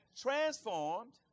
transformed